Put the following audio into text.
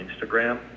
Instagram